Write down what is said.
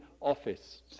office